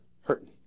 hurting